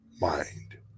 Mind